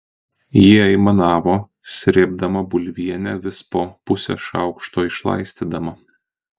ji aimanavo srėbdama bulvienę vis po pusę šaukšto išlaistydama